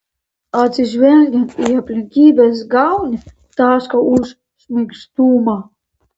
atsižvelgiant į aplinkybes gauni tašką už šmaikštumą